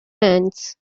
hands